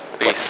peace